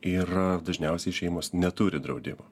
yra dažniausiai šeimos neturi draudimo